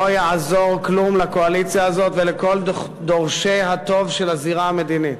לא יעזור כלום לקואליציה הזאת ולכל דורשי הטוב של הזירה המדינית.